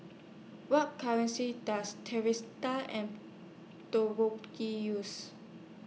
What currency Does and use